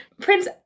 Prince